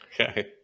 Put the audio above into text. Okay